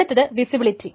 അടുത്തത് വിസിബിലിറ്റി